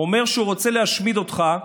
אומר שהוא רוצה להשמיד אותך,